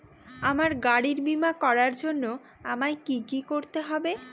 আমার গাড়ির বীমা করার জন্য আমায় কি কী করতে হবে?